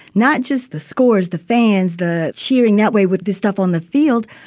not just the scores, the fans, the cheering that way with this stuff on the field.